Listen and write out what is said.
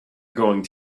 going